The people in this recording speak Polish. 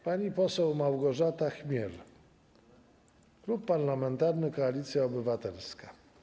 Pani poseł Małgorzata Chmiel, Klub Parlamentarny Koalicja Obywatelska.